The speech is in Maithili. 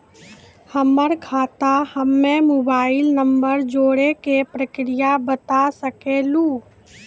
हमर खाता हम्मे मोबाइल नंबर जोड़े के प्रक्रिया बता सकें लू?